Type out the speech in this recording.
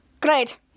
great